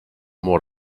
more